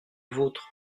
vôtre